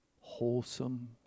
wholesome